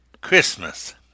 Christmas